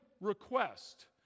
request